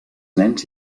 nens